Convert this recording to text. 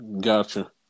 Gotcha